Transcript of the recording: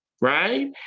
right